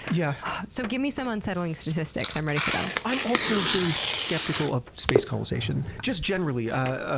yeah so, give me some unsettling statistics. i'm ready for them. i'm also very skeptical of space colonization. just generally. ah ah